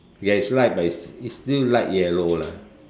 yes is light but is is still light yellow lah